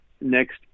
next